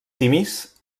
simis